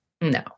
No